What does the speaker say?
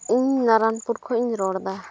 ᱤᱧ ᱱᱟᱨᱟᱱᱯᱩᱨ ᱠᱷᱚᱱ ᱤᱧ ᱨᱚᱲᱫᱟ